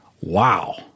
Wow